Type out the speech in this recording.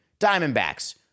Diamondbacks